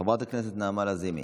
חברת הכנסת נעמה לזימי,